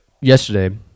yesterday